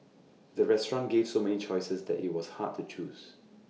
the restaurant gave so many choices that IT was hard to choose